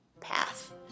path